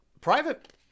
Private